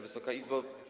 Wysoka Izbo!